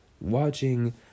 watching